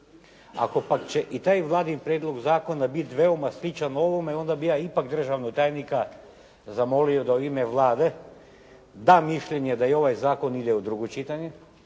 Ako pak će i taj Vladin prijedlog zakona biti veoma sličan ovome onda bih ja ipak državnog tajnika zamolio da u ime Vlade da mišljenje da i ovaj zakon ide u drugo čitanje